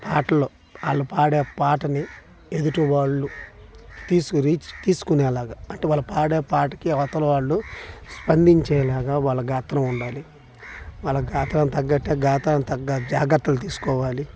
వాటిలో వాళ్ళు పడే పాటని ఎదుటివాళ్ళు తీసుకొనేలాగా అంటే వాళ్ళు పాడే పాటకి అవతలి వాళ్ళు స్పందించేలాగా వల్ల గాత్రం ఉండాలి వాళ్ళ గాత్రంకి తగ్గట్టే గాత్ర గాత్రనికి తగ్గ జాగ్రత్తలు తీసుకోవాలి